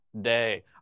day